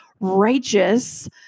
righteous